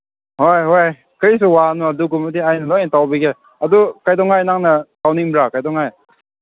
ꯍꯣꯏ ꯍꯣꯏ ꯀꯔꯤꯁꯨ ꯋꯥꯒꯅꯨ ꯑꯗꯨꯒꯨꯝꯕꯒꯤꯗꯤ ꯑꯩꯅ ꯂꯣꯏꯅ ꯇꯧꯕꯤꯒꯦ ꯑꯗꯨ ꯀꯩꯗꯧꯉꯩ ꯅꯪꯅ ꯇꯧꯅꯤꯡꯕ꯭ꯔꯥ ꯀꯩꯗꯧꯉꯩ